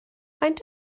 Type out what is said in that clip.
faint